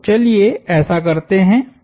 तो चलिए ऐसा करते हैं